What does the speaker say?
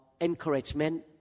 encouragement